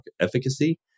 efficacy